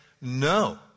No